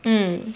mm